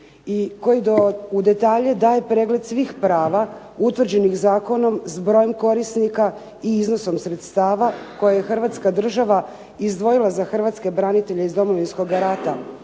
i koji do u detalje daje pregled svih prava utvrđenih zakonom s brojem korisnika i iznosom sredstava koje je Hrvatska država izdvojila za hrvatske branitelje iz Domovinskoga rata